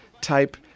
type